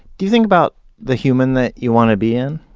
do you think about the human that you want to be in?